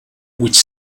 which